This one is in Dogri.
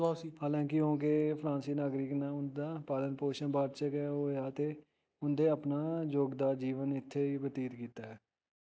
हालांके ओह् के फ्रांसीसी नागरिक न पर उं'दा पालन पोशन भारत च गै होआ ऐ ते उ'दे अपना जोगदा जीवन इत्थै गै बतीत कीता ऐ